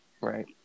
Right